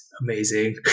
amazing